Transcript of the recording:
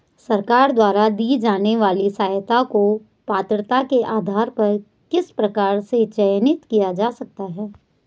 सरकार द्वारा दी जाने वाली सहायता को पात्रता के आधार पर किस प्रकार से चयनित किया जा सकता है?